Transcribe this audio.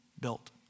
built